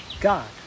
God